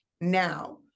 now